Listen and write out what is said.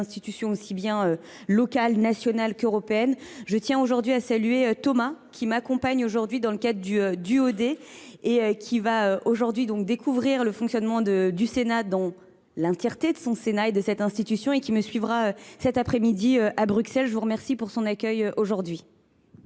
institutions aussi bien locales, nationales qu'européennes. Je tiens aujourd'hui à saluer Thomas, qui m'accompagne aujourd'hui dans le cadre du DOD et qui va aujourd'hui donc découvrir le fonctionnement du Sénat dans l'intéreté de son Sénat et de cette institution et qui me suivra cet après-midi à Bruxelles. Je vous remercie pour son accueil aujourd'hui.